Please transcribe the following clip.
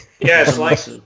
Yes